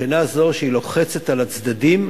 מבחינה זו שהיא לוחצת על הצדדים.